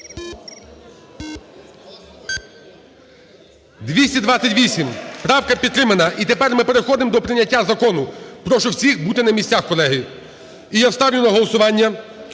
За-228 Правка підтримана. І тепер ми переходимо до прийняття закону. Прошу всіх бути на місцях, колеги. І я ставлю на голосування